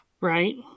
Right